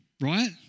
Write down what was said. right